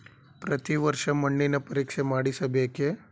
ಪ್ರತಿ ವರ್ಷ ಮಣ್ಣಿನ ಪರೀಕ್ಷೆ ಮಾಡಿಸಬೇಕೇ?